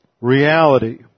reality